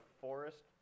forest